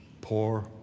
poor